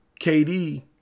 KD